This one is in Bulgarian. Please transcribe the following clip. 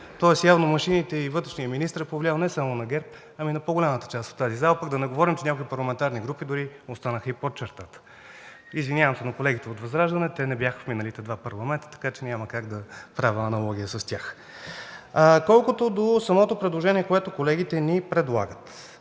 тоест явно машините и вътрешният министър са повлияли не само на ГЕРБ, но и на по-голямата част от тази зала, пък да не говорим, че някои парламентарни групи дори останаха и под чертата. Извинявам се на колегите от ВЪЗРАЖДАНЕ – те не бяха в миналите два парламента, така че няма как да правя аналогия с тях. Колкото до самото предложение, което колегите ни предлагат